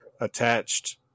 attached